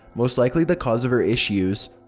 most likely the cause of her issues.